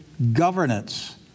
Governance